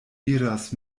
iras